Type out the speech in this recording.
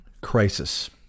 crisis